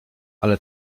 ale